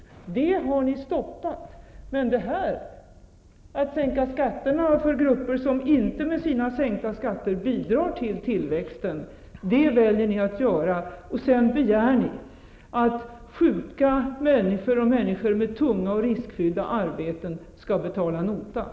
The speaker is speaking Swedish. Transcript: Sådana insatser har ni stoppat, men ni väljer att sänka skatterna för grupper som inte med sina skattesänkningar bidrar till tillväxten. Sedan begär ni att sjuka och människor med tunga och riskfyllda arbeten skall betala notan.